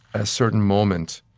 a certain moment,